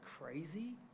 crazy